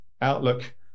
outlook